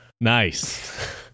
Nice